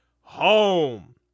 home